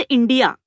India